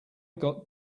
got